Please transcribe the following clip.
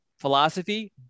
philosophy